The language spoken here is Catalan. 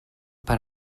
per